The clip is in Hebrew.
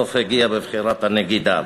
שסוף-סוף הגיעה, בבחירת הנגידה.